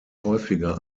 häufiger